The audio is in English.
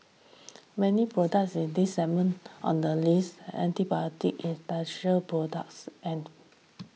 many products in these segment on the list especial products and